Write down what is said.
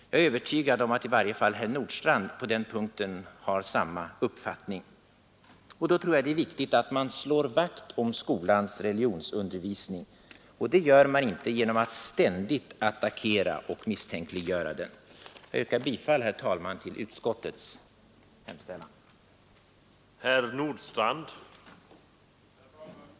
Jag är övertygad om att på denna punkt i varje fall herr Nordstrandh har samma uppfattning som jag. Jag anser att det är viktigt att man slår vakt om skolans religionsundervisning, och det gör man inte genom att ständigt attackera och misstänkliggöra den. Herr talman! Jag yrkar bifall till utskottets hemställan.